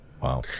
Wow